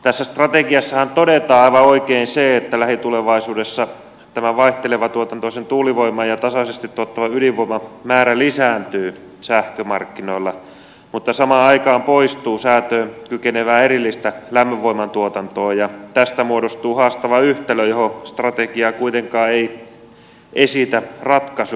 tässä strategiassahan todetaan aivan oikein se että lähitulevaisuudessa tämän vaihtelevatuotantoisen tuulivoiman ja tasaisesti tuottavan ydinvoiman määrä lisääntyy sähkömarkkinoilla mutta samaan aikaan poistuu säätöön kykenevää erillistä lämpövoimatuotantoa ja tästä muodostuu haastava yhtälö johon strategia kuitenkaan ei esitä ratkaisuja